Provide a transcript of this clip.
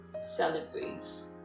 celebrates